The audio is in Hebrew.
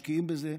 משקיעים בזה,